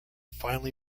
finally